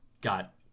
got